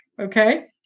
Okay